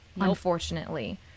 unfortunately